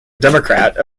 democrat